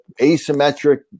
asymmetric